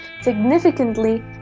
significantly